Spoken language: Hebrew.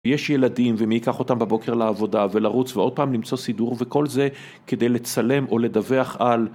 יש ילדים ומי ייקח אותם בבוקר לעבודה ולרוץ ועוד פעם למצוא סידור וכל זה כדי לצלם או לדווח על